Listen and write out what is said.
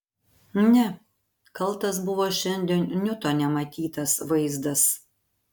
ne kaltas buvo šiandien niutone matytas vaizdas